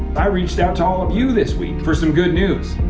i reached out to all of you this week for some good news.